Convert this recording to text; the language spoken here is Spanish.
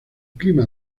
clima